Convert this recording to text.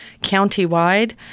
countywide